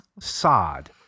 sod